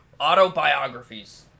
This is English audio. Autobiographies